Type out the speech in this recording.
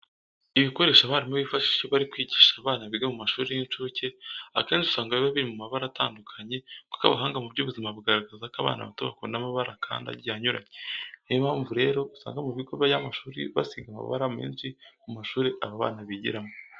Ibikoresho abarimu bifashisha iyo bari kwigisha abana biga mu mashuri y'incuke, akenshi usanga biba biri mu mabara atandukanye kuko abahanga mu by'ubuzima bagaragaza ko abana bato bakunda amabara kandi agiye anyuranye. Niyo mpamvu rero usanga mu bigo by'amashuri basiga amabara menshi mu mashuri aba bana bigiramo.